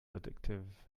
addictive